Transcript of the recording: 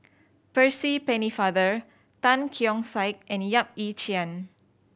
Percy Pennefather Tan Keong Saik and Yap Ee Chian